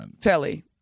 telly